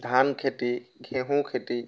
ধান খেতি ঘেঁহু খেতি